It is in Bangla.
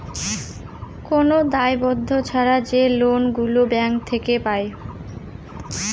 কোন দায়বদ্ধ ছাড়া যে লোন গুলো ব্যাঙ্ক থেকে পায়